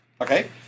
Okay